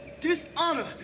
dishonor